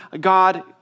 God